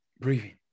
breathing